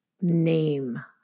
name